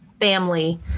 family